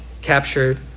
captured